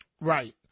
Right